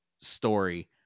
story